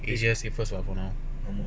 it's just see first lah for now